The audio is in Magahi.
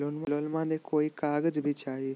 लोनमा ले कोई कागज भी चाही?